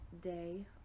day